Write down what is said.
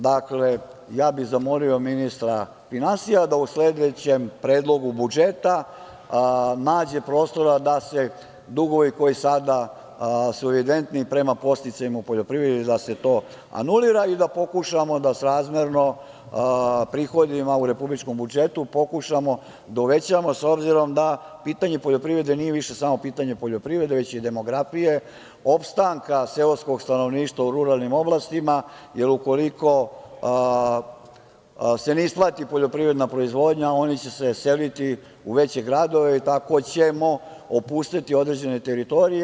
Zamolio bih ministra finansija da u sledećem predlogu budžeta nađe prostora da se dugovi koji su sada evidentni prema podsticajima u poljoprivredi anuliraju i da pokušamo da srazmerno prihodima u republičkom budžetu, pokušamo da uvećamo, obzirom da pitanje poljoprivrede nije više samo pitanje poljoprivrede, već i demografije, opstanka seoskog stanovništva u ruralnim oblastima, jer ukoliko se ne isplati poljoprivredna proizvodnja, oni će se seliti u veće gradove i tako ćemo opusteti određene teritorije.